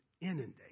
inundated